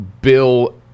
bill